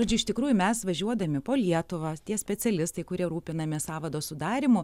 žodžiu iš tikrųjų mes važiuodami po lietuvą tie specialistai kurie rūpinamės sąvado sudarymu